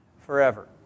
forever